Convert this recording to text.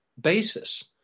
basis